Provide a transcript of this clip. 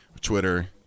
Twitter